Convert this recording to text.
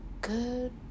Good